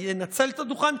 ינצל את הדוכן?